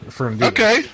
Okay